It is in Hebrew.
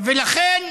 ולכן,